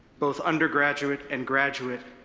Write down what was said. both undergraduate and graduate,